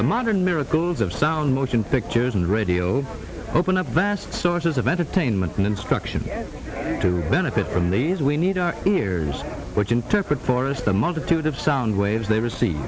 the modern miracles of sound motion pictures and radio open a vast sources of entertainment and instruction to benefit from these we need our ears which interpret for us the multitude of sound waves they receive